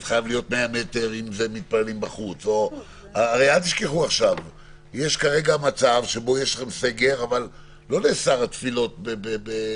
אל תשכחו שיש כרגע מצב שבו יש סגר אבל התפילות לא נאסרות.